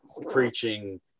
preaching